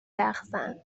رقصن